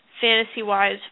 fantasy-wise